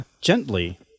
Gently